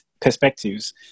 perspectives